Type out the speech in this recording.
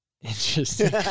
interesting